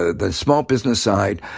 ah the small business side,